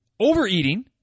overeating